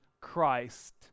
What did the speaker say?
Christ